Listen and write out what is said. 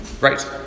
Right